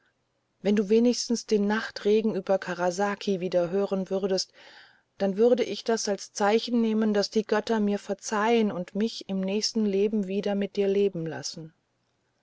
wenn du wenigstens den nachtregen über karasaki wieder hören würdest dann würde ich das als zeichen nehmen daß die götter mir verzeihen und mich im nächsten leben wieder mit dir leben lassen